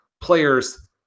players